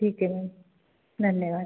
ठीक है मैम धन्यवाद